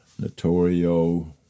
Notorio